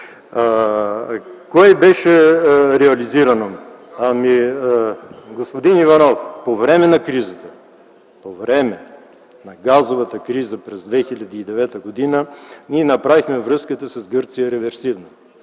Кое беше реализирано? Ами, господин Иванов, по време на кризата, по време на газовата криза през 2009 г. ние направихме връзката с Гърция реверсивна